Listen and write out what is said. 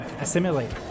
assimilate